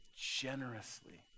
generously